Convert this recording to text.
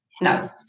no